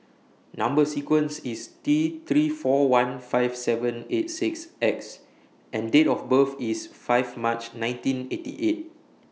Number sequence IS T three four one five seven eight six X and Date of birth IS five March nineteen eighty eight